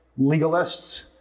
legalists